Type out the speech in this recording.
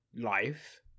life